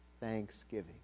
thanksgiving